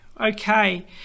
okay